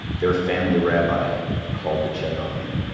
their family rabbi called to check on me.